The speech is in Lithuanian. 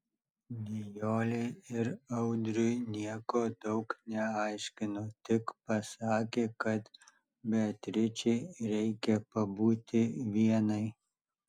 nijolei ir audriui nieko daug neaiškino tik pasakė kad beatričei reikia pabūti vienai